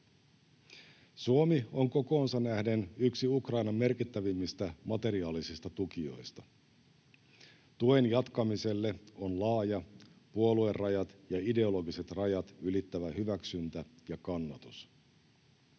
Suomi on kokoonsa nähden yksi Ukrainan merkittävimmistä materiaalisista tukijoista. Tuen jatkamiselle on laaja, puoluerajat ja ideologiset rajat ylittävä hyväksyntä ja kannatus.